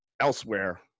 elsewhere